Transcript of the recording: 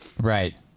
right